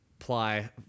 apply